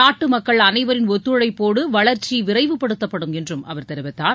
நாட்டு மக்கள் அனைவரின் ஒத்துழைப்போடு வளர்ச்சி விரைவுபடுத்தப்படும் என்றும் அவர் தெரிவித்தார்